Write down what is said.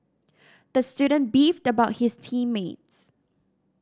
the student beefed about his team mates